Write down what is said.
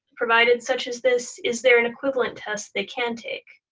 provided, such as this, is there an equivalent test they can take?